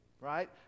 right